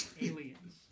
Aliens